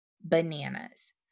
bananas